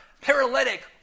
paralytic